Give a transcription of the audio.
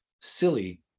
silly